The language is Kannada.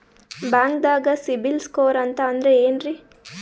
ಬ್ಯಾಂಕ್ದಾಗ ಸಿಬಿಲ್ ಸ್ಕೋರ್ ಅಂತ ಅಂದ್ರೆ ಏನ್ರೀ?